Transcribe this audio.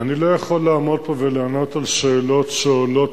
אני לא יכול לעמוד פה ולענות על שאלות שעולות